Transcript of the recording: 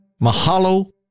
Mahalo